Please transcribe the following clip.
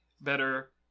better